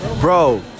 Bro